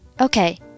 Okay